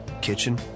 kitchen